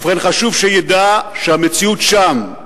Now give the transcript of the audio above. ובכן, חשוב שידע שהמציאות שם,